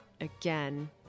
again